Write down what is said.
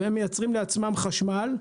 והם מייצרים לעצמם חשמל,